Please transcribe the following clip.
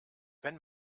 wenn